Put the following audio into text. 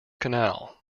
canal